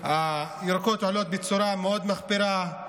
הירקות עולים בצורה מאוד מחפירה.